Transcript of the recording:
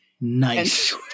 Nice